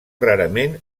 rarament